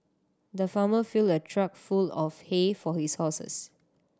the farmer filled a truck full of hay for his horses